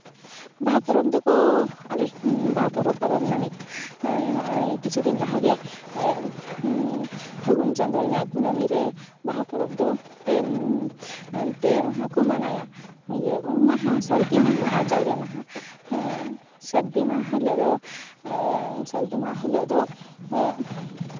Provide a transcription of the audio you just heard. ᱵᱟᱦᱟ ᱯᱚᱨᱚᱵᱽ ᱫᱚᱠᱚ ᱟᱞᱮ ᱵᱟᱦᱟ ᱯᱚᱨᱚᱵᱽ ᱯᱟᱨᱚᱢ ᱮᱱᱟ ᱢᱤᱫ ᱱᱚᱜᱼᱚᱸᱭ ᱠᱤᱪᱷᱩ ᱫᱤᱱ ᱞᱟᱦᱟ ᱜᱮ ᱯᱷᱟᱹᱜᱩᱱ ᱪᱟᱸᱫᱳ ᱨᱮᱭᱟᱜ ᱠᱩᱱᱟᱹᱢᱤ ᱨᱮ ᱵᱟᱦᱟ ᱯᱚᱨᱚᱵᱽ ᱫᱚ ᱯᱮ ᱢᱟᱦᱟ ᱠᱚ ᱢᱟᱱᱟᱭᱟ ᱩᱢ ᱢᱟᱦᱟ ᱥᱟᱹᱨᱫᱤ ᱢᱟᱦᱟ ᱟᱨ ᱡᱟᱞᱮ ᱢᱟᱦᱟ ᱦᱮᱸ ᱥᱟᱹᱨᱫᱤ ᱢᱟᱦᱟ ᱦᱤᱞᱳᱜ ᱫᱚ ᱥᱟᱹᱨᱫᱤ ᱢᱟᱦᱟ ᱦᱤᱞᱳᱜ ᱫᱚ